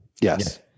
Yes